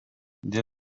dėl